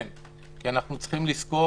כי אנחנו צריכים לזכור,